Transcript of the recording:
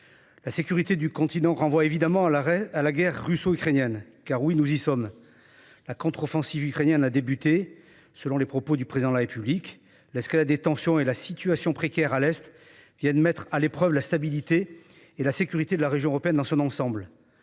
La sécurité du continent renvoie évidemment à la guerre russo-ukrainienne. Oui, nous y sommes : la contre-offensive ukrainienne a débuté, comme l'a confirmé le Président de la République. L'escalade des tensions et la situation précaire à l'Est viennent mettre à l'épreuve la stabilité et la sécurité de la région européenne dans son ensemble.